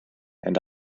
and